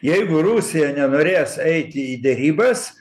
jeigu rusija nenorės eiti į derybas